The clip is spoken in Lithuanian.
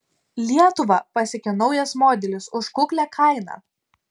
lietuvą pasiekė naujas modelis už kuklią kainą